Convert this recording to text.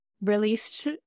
released